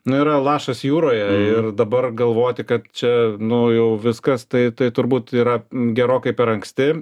nu yra lašas jūroje ir dabar galvoti kad čia nu jau viskas tai tai turbūt yra gerokai per anksti